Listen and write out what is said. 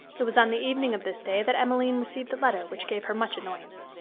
it was on the evening of this day that emmeline received a letter which gave her much annoyance.